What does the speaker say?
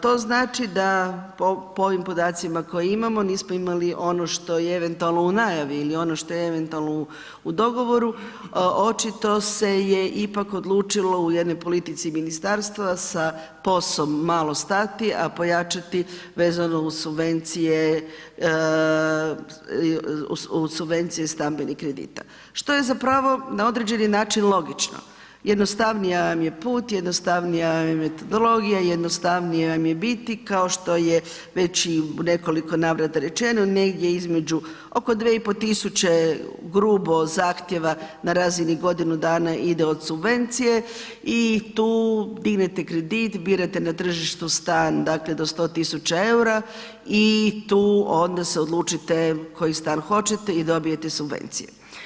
To znači da po ovim podacima koje imamo nismo imali ono što je eventualno u najavi ili ono što je eventualno u dogovoru, očito se je ipak odlučilo u jednoj politici ministarstva sa POS-om malo stati a pojačati vezano uz subvencije stambenih kredita što je za pravo na određeni način logično, jednostavniji vam je put, jednostavniji vam je metodologija, jednostavnije vam je biti kao što je već i u nekoliko navrata rečeno, negdje između oko 2500 grubo zahtjeva na razini godinu dana ide od subvencije i tu dignete kredit, birate na tržištu stan dakle do 100 000 eura i tu onda se odlučite koji stan hoćete i dobijete subvencije.